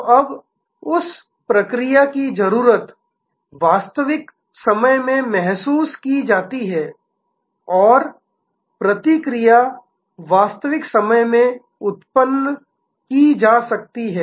तो अब उस प्रतिक्रिया कि जरूरत वास्तविक समय में महसूस की जाती है और प्रतिक्रिया वास्तविक समय में उत्पन्न की जा सकती है